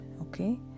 okay